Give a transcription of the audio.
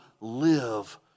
live